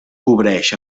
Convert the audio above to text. cobreix